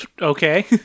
Okay